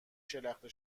شلخته